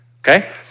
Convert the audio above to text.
okay